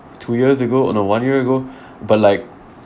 two years ago no one year ago but like